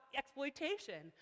exploitation